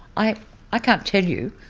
i i can't tell you,